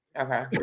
Okay